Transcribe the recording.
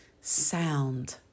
sound